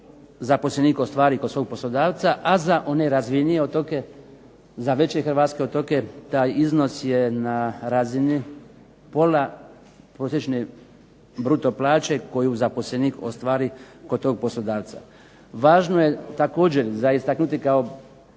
zaposlenik ostvari kod svog poslodavca, a za one razvijenije otoke, za veće hrvatske otoke taj iznos je na razini pola prosječne bruto plaće koju zaposlenik ostvari kod poslodavca. Važno je također za istaknuti kao